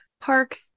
park